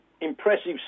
impressive